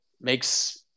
makes